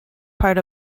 part